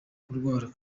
kurwara